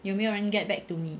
有没有人 get back to 你